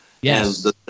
Yes